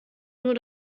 nur